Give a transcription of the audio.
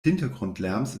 hintergrundlärms